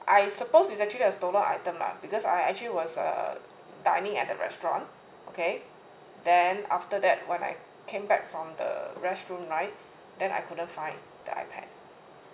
I suppose is actually a stolen item lah because I actually was uh dining at the restaurant okay then after that when I came back from the restroom right then I couldn't find the iPad